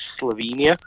Slovenia